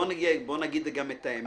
בוא נגיד גם את האמת